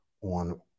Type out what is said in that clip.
on